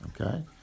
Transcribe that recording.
Okay